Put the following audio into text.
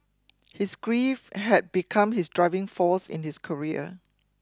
his grief had become his driving force in his career